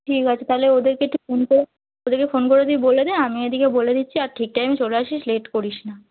ঠিক আছে তাহলে ওদেরকে একটু ফোন করে ওদেরকে ফোন করে তুই বলে দে আমি এদিকে বলে দিচ্ছি আর ঠিক টাইমে চলে আসিস লেট করিস না